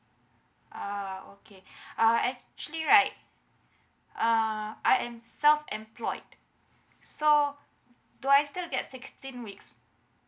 ah okay uh actually right uh I am self employed so do I still get sixteen weeks